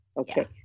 Okay